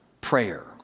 prayer